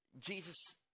Jesus